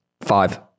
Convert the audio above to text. Five